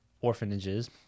orphanages